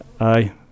aye